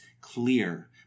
clear